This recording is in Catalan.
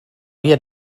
via